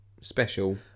special